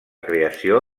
creació